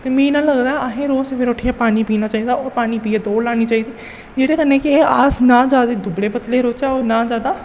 ते मी इन्ना लगदा असें रोज सवेरै उट्ठियै पानी पीना चाहिदा होर पानी पीऐ दौड़ लानी चाहिदी जेह्दे कन्नै केह् अस नां जैदा दुबले पतले रौह्चै ना जैदा